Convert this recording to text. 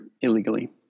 illegally